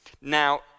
Now